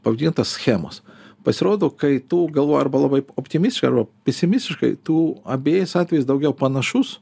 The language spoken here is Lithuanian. pavadintos schemos pasirodo kai tu galvoji arba labai optimistiškai arba pesimistiškai tu abejais atvejais daugiau panašus